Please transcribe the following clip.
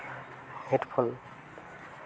headphone